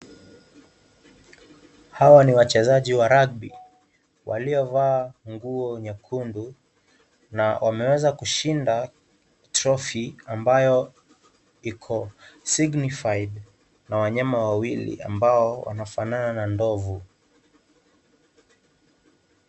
Hawa ni wachezaji wa (cs)rugby(cs), walio vaa nguo nyekundu, na wameweza kushinda, (cs)Trophy(cs) ambayo, iko, (cs) signified(cs) na wanyama wawili ambao wanafanana na ndovu.